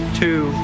two